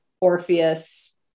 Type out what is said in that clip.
Orpheus